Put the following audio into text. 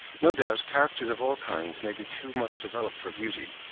no doubt characters of all kinds may be too much developed for beauty.